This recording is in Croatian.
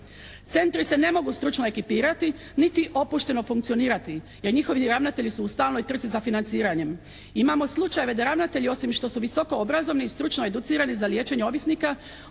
Centri se ne mogu stručno ekipirati, niti opušteno funkcionirati, jer njihovi ravnatelji su u stalnoj trci za financiranjem. Imamo slučajeve da ravnatelji osim što su visoko obrazovani i stručno educirani za liječenje ovisnika